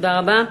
תודה רבה.